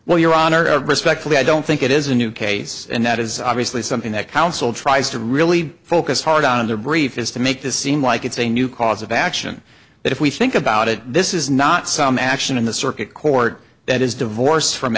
well your honor of respectfully i don't think it is a new case and that is obviously something that council tries to really focus hard on in their brief is to make this seem like it's a new cause of action that if we think about it this is not some action in the circuit court that is divorced from